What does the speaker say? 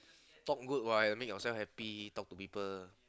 talk good what make yourself happy talk to people